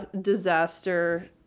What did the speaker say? disaster